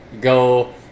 Go